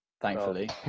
thankfully